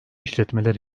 işletmeler